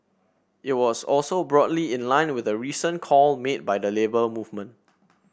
it was also broadly in line with a recent call made by the Labour Movement